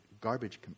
garbage